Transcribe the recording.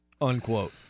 Unquote